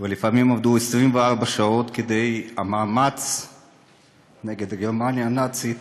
ולפעמים עבדו 24 שעות כדי שהמאמץ נגד גרמניה הנאצית